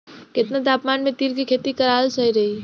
केतना तापमान मे तिल के खेती कराल सही रही?